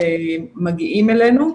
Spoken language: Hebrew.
הרופאים שמגיעים אלינו.